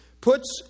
puts